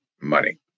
money